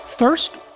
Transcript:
First